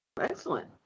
Excellent